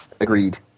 Agreed